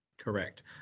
Correct